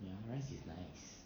ya rice is nice